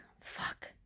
fuck